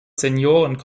senioren